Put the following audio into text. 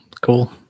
cool